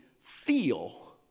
feel